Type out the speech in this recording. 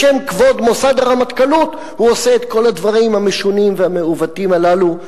בשם כבוד מוסד הרמטכ"לות הוא עושה את כל הדברים המשונים והמעוותים הללו.